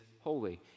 holy